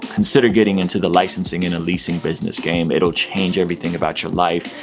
consider getting into the licensing and leasing business game. it'll change everything about your life.